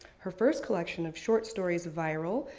her first collection of short stories, viral,